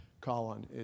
Colin